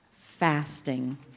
Fasting